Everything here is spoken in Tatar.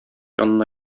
янына